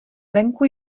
venku